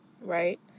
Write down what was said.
right